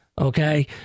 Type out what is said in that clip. Okay